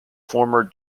former